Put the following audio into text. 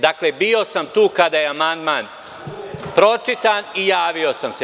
Dakle, bio sam tu kada je amandman pročitan i javio sam se.